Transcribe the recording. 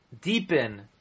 deepen